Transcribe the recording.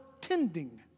tending